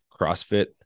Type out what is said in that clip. CrossFit